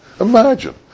Imagine